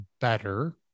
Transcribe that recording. better